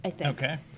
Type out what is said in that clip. Okay